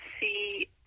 see